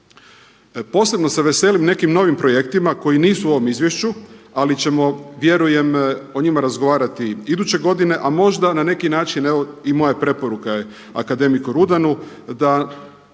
Posebno se veselim nekim novim projektima koji nisu u ovom izvješću, ali ćemo vjerujem o njima razgovarati iduće godine, a možda na neki način, evo i moja preporuka je akademiku Rudanu da